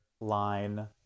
line